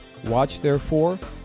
watchtherefore